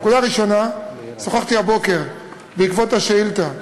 נקודה ראשונה, שוחחתי הבוקר, בעקבות השאילתה,